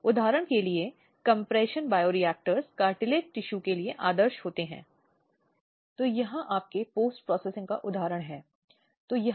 उसे विभिन्न नामों से पुकारा जाता है या यदि वह एक लड़के को जन्म देने में असमर्थ है तो फिर बहुत अपमानित होती है जैसा की उसे मारा जाता है